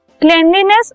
cleanliness